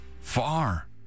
far